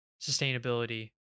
sustainability